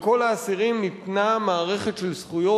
לכל האסירים ניתנה מערכת של זכויות,